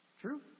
True